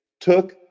took